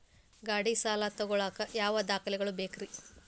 ಗಾಡಿ ಸಾಲ ತಗೋಳಾಕ ಯಾವ ದಾಖಲೆಗಳ ಬೇಕ್ರಿ?